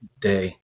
day